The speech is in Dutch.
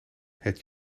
het